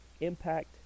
impact